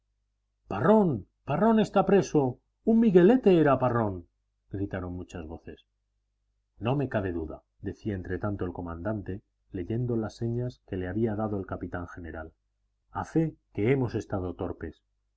parrón parrón está preso un miguelete era parrón gritaron muchas voces no me cabe duda decía entretanto el comandante leyendo las señas que le había dado el capitán general a fe que hemos estado torpes